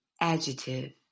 adjective